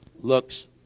looks